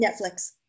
Netflix